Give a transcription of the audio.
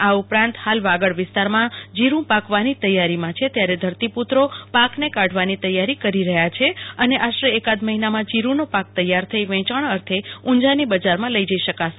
આ ઉપરાંત હાલ વાગડ વિસ્તારમાં જીરૂં પાકવાની તૈયારીમાં છે ત્યારે ધરતીપુત્રો પાકને કાઢવાની તૈયારી કરી રહયા છે અને આશરે એકાદ મહિનામાં જીરૂનો પાક તૈયાર થઈ વેંચાણ અથે ઉંઝા ની બજારમાં લઈ જઈ શકે છે